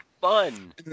fun